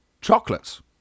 Chocolates